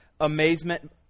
amazement